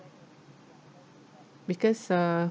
because uh